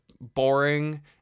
boring